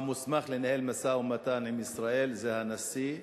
המוסמך לנהל משא-ומתן עם ישראל זה הנשיא,